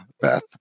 Beth